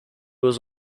was